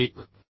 1